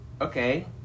okay